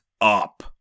up